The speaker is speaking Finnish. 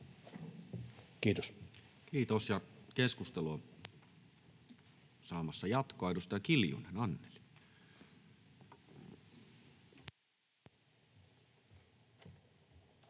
Kiitos. — Keskustelu on saamassa jatkoa. Edustaja Kiljunen, Anneli.